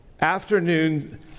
afternoon